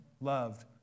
loved